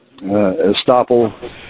estoppel